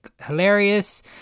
hilarious